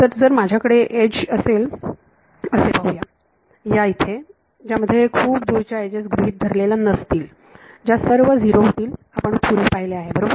तर जर माझ्याकडे एज असेल असे पाहू या इथे ज्यामध्ये खूप दूरच्या एजेस गृहीत धरलेल्या नसतील ज्या सर्व झिरो होतील आपण हे पूर्वी पाहिले आहे बरोबर